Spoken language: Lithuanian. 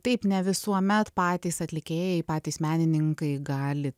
taip ne visuomet patys atlikėjai patys menininkai gali